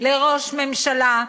לראש ממשלה,